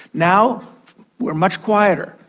now we are much quieter.